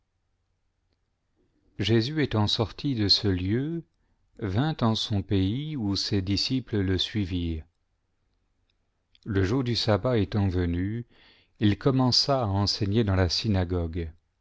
jésus étant sorti de ce lieu vint en son pays où ses disciples le suivirent le jour du sabbat étant venu il commença à enseigner dans la synagogue